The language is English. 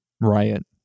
riot